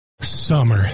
summer